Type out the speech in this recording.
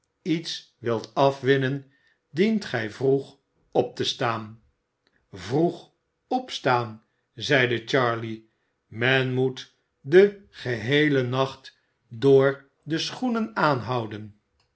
iets wilt afwinnen dient gij vroeg op te staan vroeg opstaan zeide char'ey men moet den geheelen nacht door de schoenen aanhouden